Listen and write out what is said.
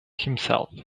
himself